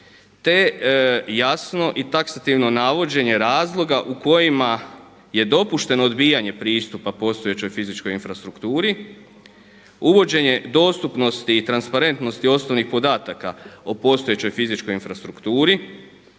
te jasno i taksativno navođenje razloga u kojima je dopušteno odbijanje pristupa postojećoj fizičkoj infrastrukturi, uvođenje dostupnosti i transparentnosti osnovnih podataka o postojećoj fizičkoj infrastrukturi,